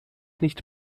nicht